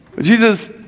Jesus